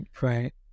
Right